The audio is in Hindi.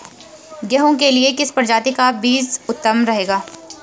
गेहूँ के लिए किस प्रजाति का बीज उत्तम रहेगा?